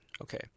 Okay